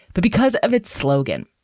but because of its slogan.